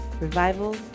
Revival